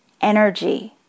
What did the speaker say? energy